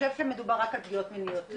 וחושב שמדובר רק על פגיעות מיניות,